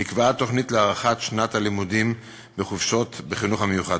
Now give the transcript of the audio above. נקבעה תוכנית להארכת שנת הלימודים בחופשות בחינוך המיוחד.